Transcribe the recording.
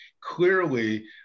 clearly